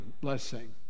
blessing